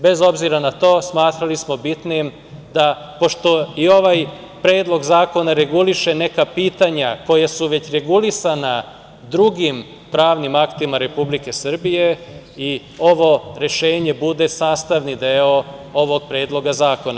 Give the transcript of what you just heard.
Bez obzira na to, smatrali smo bitnim da, pošto i ovaj Predlog zakona reguliše neka pitanja koja su već regulisana drugim pravnim aktima Republike Srbije i ovo rešenje bude sastavni deo ovog Predloga zakona.